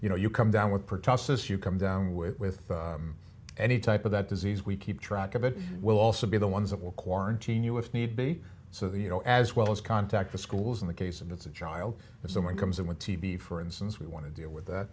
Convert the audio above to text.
you know you come down with pertussis you come down with any type of that disease we keep track of it will also be the ones that will quarantine you if need be so that you know as well as contact the schools in the case of it's a child if someone comes in with tb for instance we want to deal with that